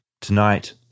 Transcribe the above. Tonight